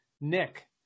Nick